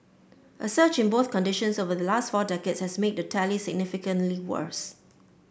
a surge in both conditions over the last four decades has made the tally significantly worse